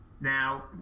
now